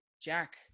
Jack